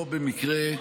שלא במקרה,